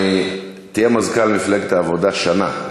תהיה מזכ"ל מפלגת העבודה שנה,